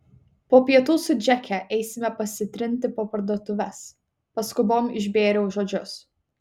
po pietų su džeke eisime pasitrinti po parduotuves paskubom išbėriau žodžius